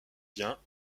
bien